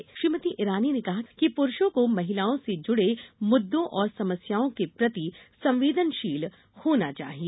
सुश्री इरानी ने कहा कि प्रुषों को महिलाओं से जुड़े मुद्दों और समस्याओं के प्रति संवेदनशील होना चाहिए